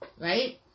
right